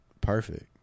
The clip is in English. Perfect